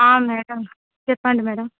ఆ మ్యాడమ్ చెప్పండి మ్యాడమ్